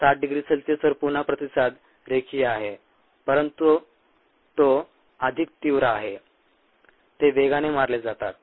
60 degree सेल्सिअसवर पुन्हा प्रतिसाद रेखीय आहे परंतु तो अधिक तीव्र आहे ते वेगाने मारले जातात